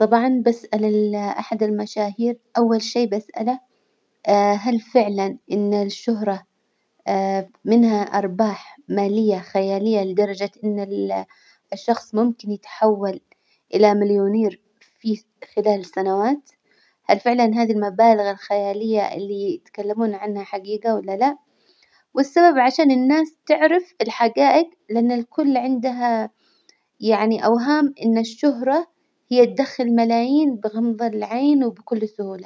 طبعا بسأل ال أحد المشاهير أول شي بسأله هل فعلا إن الشهرة منها أرباح مالية خيالية لدرجة إن ال الشخص ممكن يتحول إلى مليونير في س- خلال سنوات؟ هل فعلا هذي المبالغ الخيالية اللي يتكلمون عنها حجيجة ولا لا? والسبب عشان الناس تعرف الحجائج، لإن الكل عندها يعني أوهام إن الشهرة هي تدخل ملايين بغمض العين وبكل سهولة.